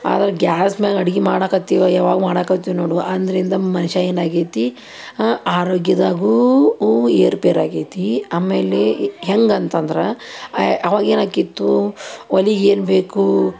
ಆದ್ರೆ ಗ್ಯಾಸ್ ಮ್ಯಾಲ ಅಡುಗೆ ಮಾಡಾಕತ್ತೀವ ಯಾವಾಗ ಮಾಡಾಕತ್ತೀವಿ ನೋಡು ಅಂದರಿಂದ ಮನುಷ್ಯ ಏನಾಗೈತಿ ಆರೋಗ್ಯದಾಗೂ ಹೂ ಏರ್ಪೇರು ಆಗೈತಿ ಆಮೇಲೆ ಹೆಂಗಂತ ಅಂದ್ರ ಆವಾಗ ಏನಾಕ್ಕಿತ್ತು ಒಲೆಗೆ ಏನು ಬೇಕು